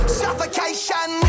suffocation